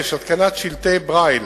5. התקנת שלטי ברייל